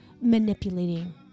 manipulating